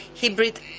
hybrid